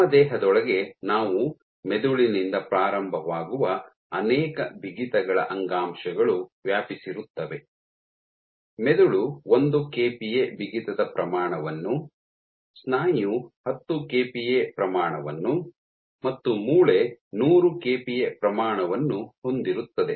ನಮ್ಮ ದೇಹದೊಳಗೆ ನಾವು ಮೆದುಳಿನಿಂದ ಪ್ರಾರಂಭವಾಗುವ ಅನೇಕ ಬಿಗಿತಗಳ ಅಂಗಾಂಶಗಳು ವ್ಯಾಪಿಸಿರುತ್ತವೆ ಮೆದುಳು ಒಂದು ಕೆಪಿಎ ಬಿಗಿತದ ಪ್ರಮಾಣವನ್ನು ಸ್ನಾಯು ಹತ್ತು ಕೆಪಿಎ ಪ್ರಮಾಣವನ್ನು ಮತ್ತು ಮೂಳೆ ನೂರು ಕೆಪಿಎ ಪ್ರಮಾಣವನ್ನು ಹೊಂದಿರುತ್ತದೆ